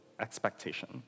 expectation